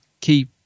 keep